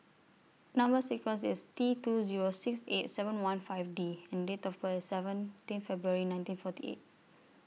Number sequence IS T two Zero six eight seven one five D and Date of birth IS seventeen February nineteen forty eight